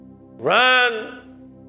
Run